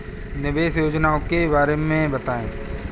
निवेश योजनाओं के बारे में बताएँ?